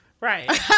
right